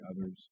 others